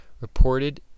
reported